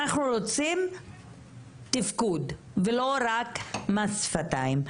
אנחנו רוצים תפקוד ולא רק מס שפתיים,